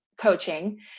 coaching